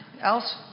else